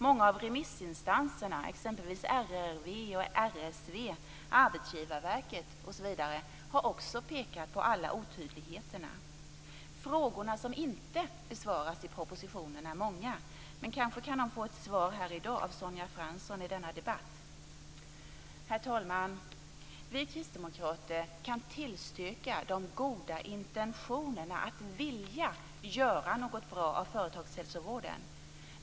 Många av remissinstanserna, t.ex. RRV, RSV och Arbetsgivarverket, har också pekat på otydligheterna. Frågorna som inte besvaras i propositionen är många, men kanske kan de besvaras i denna debatt av Sonja Fransson. Herr talman! Vi kristdemokrater kan tillstyrka de goda intentionerna att vilja göra något bra av företagshälsovården.